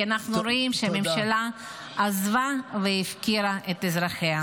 כי אנחנו רואים שהממשלה עזבה והפקירה את אזרחיה.